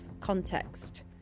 context